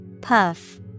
Puff